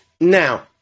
Now